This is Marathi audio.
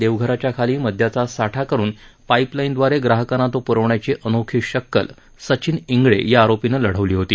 देवघराच्या खाली मदयाचा साठा करुन पाईपलाईनदवारे ग्राहकांना तो प्रवण्याची अनोखी शक्कल सचिन इंगळे या आरोपीनं लढवली होती